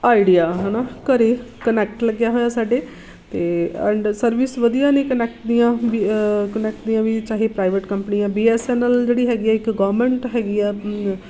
idea ਹੈ ਨਾ ਘਰ ਕਨੈਕਟ ਲੱਗਿਆ ਹੋਇਆ ਸਾਡੇ ਅਤੇ ਐਂਡ ਸਰਵਿਸ ਵਧੀਆ ਨੇ ਕਨੈਕਟ ਦੀਆਂ ਬੀ ਕਨੈਕਟ ਦੀਆਂ ਵੀ ਚਾਹੇ ਪ੍ਰਾਈਵੇਟ ਕੰਪਨੀ ਹੈ ਬੀ ਐੱਸ ਐੱਨ ਐੱਲ ਜਿਹੜੀ ਹੈਗੀ ਇੱਕ ਗਵਰਨਮੈਂਟ ਹੈਗੀ ਹੈ